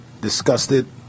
Disgusted